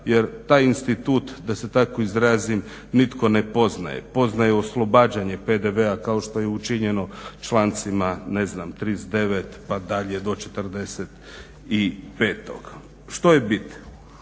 jer taj institut da se tako izrazim nitko ne poznaje. Poznaje oslobađanje PDV-a kao što je učinjeno člancima 39.pa dalje do 45. Što je bit?